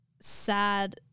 sad